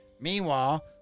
Meanwhile